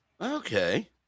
Okay